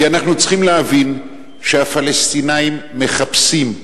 כי אנחנו צריכים להבין שהפלסטינים מחפשים,